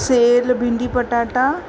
सेयल भिंडी पटाटा